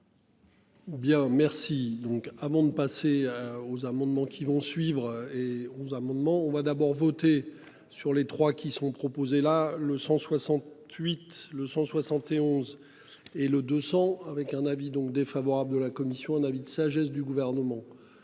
donc avant de passer aux amendements qui vont suivre et 11 amendement on va d'abord voter sur les trois qui seront proposées là le 168 le 171. Et le 200 avec un avis donc défavorable de la commission un avis de sagesse du gouvernement.